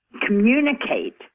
communicate